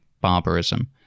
barbarism